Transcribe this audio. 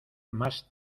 más